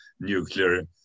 nuclear